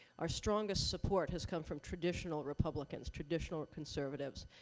our strongest support has come from traditional republicans, traditional conservatives.